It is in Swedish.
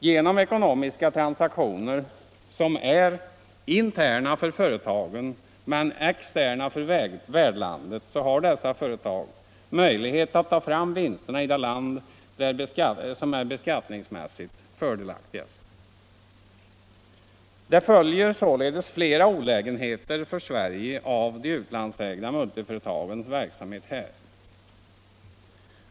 Genom ekonomiska transaktioner som är interna för företagen men externa för värdlandet har dessa företag möjlighet att ta fram vinsterna i det land där det är skattemässigt fördelaktigast. Det följer således ett flertal olägenheter för Sverige av de utlandsägda multiföretagens verksamhet här.